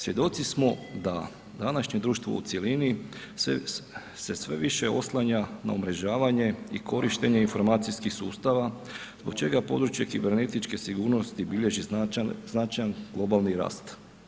Svjedoci smo da današnje društvo u cjelini se sve više oslanja na umrežavanje i korištenje informacijskih sustava zbog čega područje kibernetičke sigurnosti bilježi značajan globalni rast.